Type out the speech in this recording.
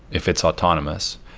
if it's autonomous,